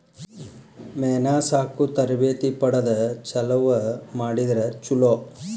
ಮೇನಾ ಸಾಕು ತರಬೇತಿ ಪಡದ ಚಲುವ ಮಾಡಿದ್ರ ಚುಲೊ